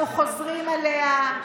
אנחנו חוזרים אליה,